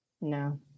No